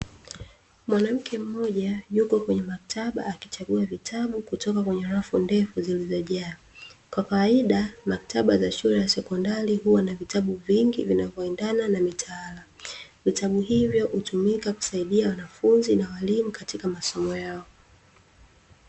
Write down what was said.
Mwanamke mmoja, yupo kwenye maktaba akichagua vitabu kutoka kwenye rafu ndefu zilizojaa, kwa kawaida maktaba za shule za sekondari huwa na vitabu vingi vinavyoendana na mitaala, vitabu hivyo hutumika kusaidia wanafunzi na waalimu katika masomo yao.